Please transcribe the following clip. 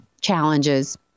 challenges